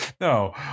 No